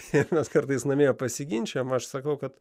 ir mes kartais namie pasiginčijam aš sakau kad